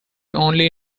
only